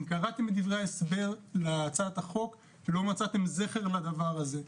אם קראתם את דברי ההסבר להצעת החוק לא מצאתם זכר לדבר הזה.